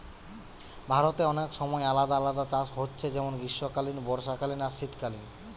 ভারতে অনেক সময় আলাদা আলাদা চাষ হচ্ছে যেমন গ্রীষ্মকালীন, বর্ষাকালীন আর শীতকালীন